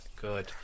Good